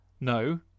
No